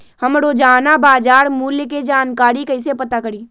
हम रोजाना बाजार मूल्य के जानकारी कईसे पता करी?